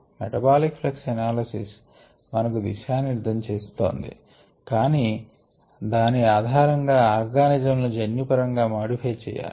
metabolic flux analysis మనకు దిశా నిర్దేశం చేస్తోంది దాని ఆధారంగా ఆర్గానిజం లను జన్యు పరం గా మాడిఫై చేయాలి